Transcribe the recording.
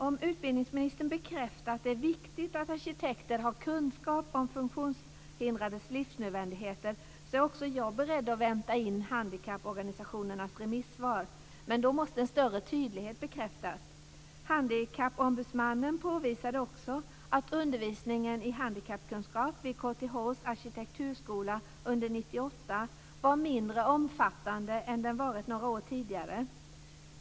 Om utbildningsministern bekräftar att det är viktigt att arkitekter har kunskap om funktionshindrades livsnödvändigheter är också jag beredd att vänta in handikapporganisationernas remissvar. Men då måste en större tydlighet bekräftas. Handikappombudsmannen påvisade också att undervisningen i handikappkunskap vid KTH:s arkitekturskola under 1998 var mindre omfattande än den varit några år tidigare.